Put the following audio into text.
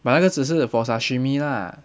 but 那个只是 for sashimi lah